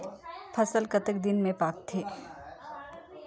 फसल कतेक दिन मे पाकथे?